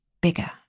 bigger